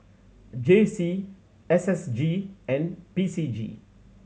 J C S S G and B C G